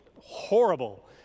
horrible